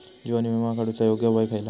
जीवन विमा काडूचा योग्य वय खयला?